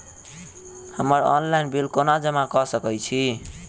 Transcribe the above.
हम्मर online bill कोना जमा कऽ सकय छी?